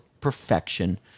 perfection